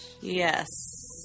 Yes